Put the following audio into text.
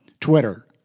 Twitter